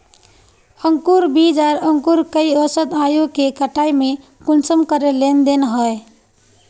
अंकूर बीज आर अंकूर कई औसत आयु के कटाई में कुंसम करे लेन देन होए?